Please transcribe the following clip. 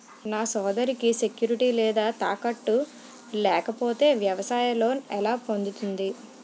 నా సోదరికి సెక్యూరిటీ లేదా తాకట్టు లేకపోతే వ్యవసాయ లోన్ ఎలా పొందుతుంది?